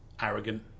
arrogant